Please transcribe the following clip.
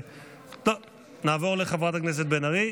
מירב בן ארי,